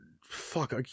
fuck